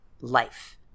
life